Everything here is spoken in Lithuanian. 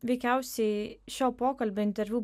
veikiausiai šio pokalbio interviu